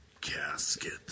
casket